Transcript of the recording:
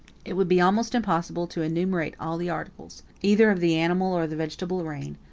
it would be almost impossible to enumerate all the articles, either of the animal or the vegetable reign,